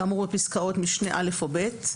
כאמור בפסקאות משנה א' או ב'",